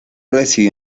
recibió